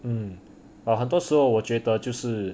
mm but 很多时候我觉得就是